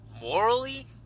morally